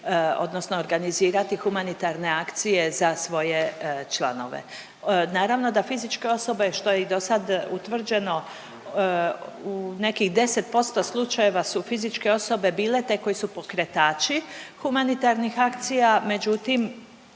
odnosno organizirati humanitarne akcije za svoje članove. Naravno da fizičke osobe, što je i dosad utvrđeno, u nekih 10% slučajeva su fizičke osobe bile te koje su pokretači humanitarnih akcija, međutim,